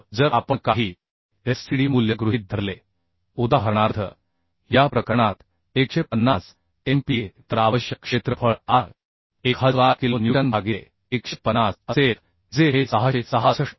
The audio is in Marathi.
तर जर आपण काही FCD मूल्य गृहीत धरले उदाहरणार्थ या प्रकरणात 150 MPa तर आवश्यक क्षेत्रफळ A 1000 किलो न्यूटन भागिले 150 असेल जे हे 666